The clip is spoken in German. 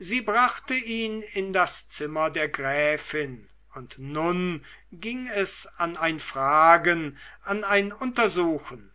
sie brachte ihn in das zimmer der gräfin und nun ging es an ein fragen an ein untersuchen